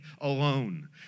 alone